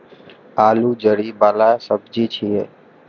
आलू जड़ि बला सब्जी छियै